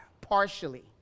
partially